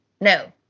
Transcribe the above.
No